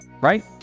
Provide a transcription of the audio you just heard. right